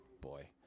boy